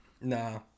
Nah